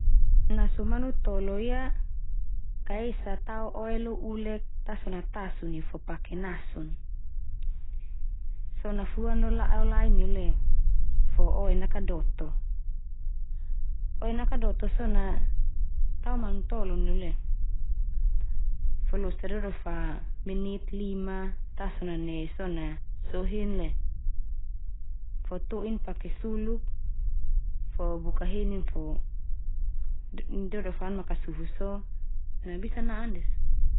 Nasu manutolo ia ka esa tao oe lo ulek ta so na tasu neu fo pake nasun. So na fuan lo la'o lain neu leo fo oe nakadoto. Oe nakadoto so na tao manutolo neu leo fo losa dodofa, menit lima ta so na ne sona so'u hen le. Fo to'in pake suluk fo buka henin fo dodofa an makasufu so na bisa na'an ndia so.